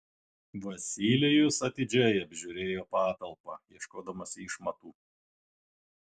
vasilijus atidžiai apžiūrėjo patalpą ieškodamas išmatų